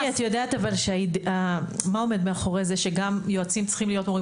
קטי את יודעת אבל שמה עומד מאחורי זה שגם יועצים צריכים להיות מורים?